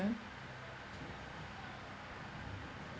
mm